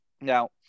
Now